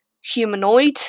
humanoid